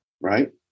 right